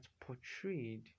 portrayed